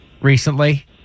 recently